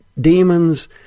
demons